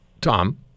Tom